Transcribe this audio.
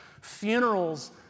Funerals